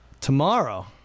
Tomorrow